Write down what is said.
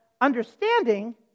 understanding